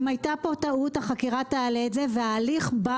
אם הייתה פה טעות החקירה תעלה את זה וההליך בא